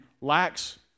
lacks